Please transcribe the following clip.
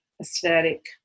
aesthetic